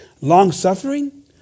long-suffering